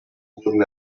wurden